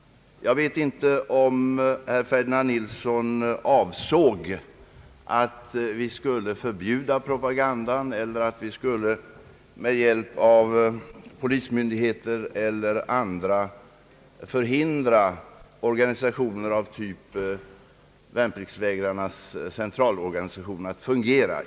Jag vet inte om herr Ferdinand Nilsson avsåg att vi borde förbjuda propagandan eller att vi skulle med hjälp av polis eller andra myndigheter förhindra organisationer av typ Värnpliktvägrarnas centralorganisation att fungera.